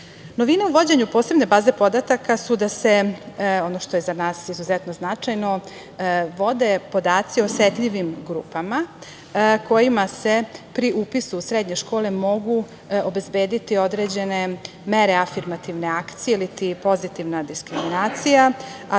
posebnom vođenju baze podataka su da se, ono što je za nas izuzetno značajno, vode podaci o osetljivim grupama, kojima se pri upisu u srednje škole mogu obezbediti određene mere afirmativne akcije, iliti pozitivna diskriminacija, a to su kao